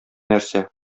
нәрсә